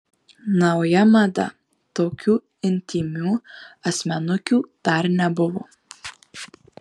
nauja mada tokių intymių asmenukių dar nebuvo